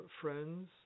friends